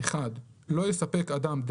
- לא יספק אדם,